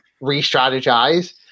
re-strategize